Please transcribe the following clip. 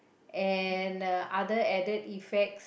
and uh other added effects